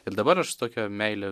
ir dabar aš su tokia meile